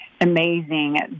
amazing